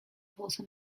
also